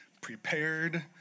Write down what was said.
Prepared